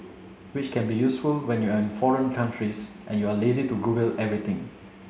which can be useful when you in foreign country's and you're too lazy to Google everything